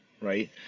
Right